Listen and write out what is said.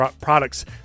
products